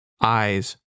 Eyes